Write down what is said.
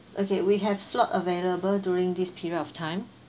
okay we have slot available during this period of time